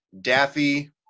Daffy